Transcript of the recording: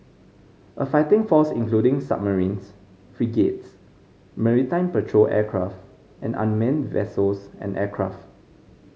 a fighting force including submarines frigates maritime patrol aircraft and unmanned vessels and aircraft